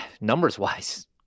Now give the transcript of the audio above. numbers-wise